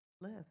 live